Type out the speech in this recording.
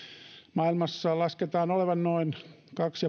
maailmassa lasketaan olevan noin kaksi